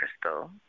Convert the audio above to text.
crystal